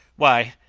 why,